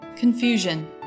confusion